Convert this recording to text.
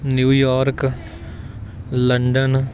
New York London